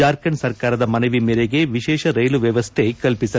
ಜಾರ್ಖಂಡ್ ಸರ್ಕಾರದ ಮನವಿ ಮೇರೆಗೆ ವಿಶೇಷ ರೈಲು ವ್ಯವಸ್ಥೆ ಕಲ್ಪಿಸಲಾಗಿತ್ತು